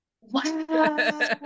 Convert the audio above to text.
Wow